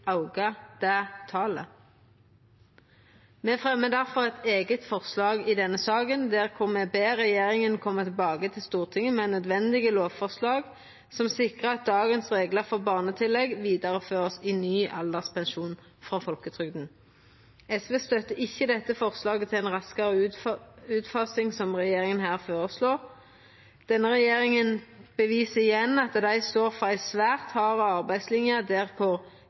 det talet. Me er difor med på å fremja eit forslag i denne saka der me ber regjeringa koma tilbake til Stortinget med nødvendige lovforslag som sikrar at dagens reglar for barnetillegg vert vidareført i ny alderspensjon frå folketrygda. SV støttar ikkje forslaget om ei raskare utfasing som regjeringa her føreslår. Denne regjeringa beviser igjen at dei står for ei svært hard arbeidslinje, der